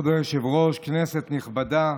כבוד היושב-ראש, כנסת נכבדה,